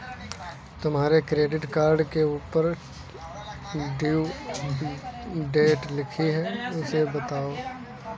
तुम्हारे credit card के ऊपर ड्यू डेट लिखी है उसे बताओ